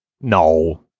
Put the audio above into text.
No